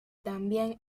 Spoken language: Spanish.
también